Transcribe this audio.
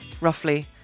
Roughly